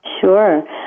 Sure